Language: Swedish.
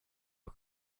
och